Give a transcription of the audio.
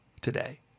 today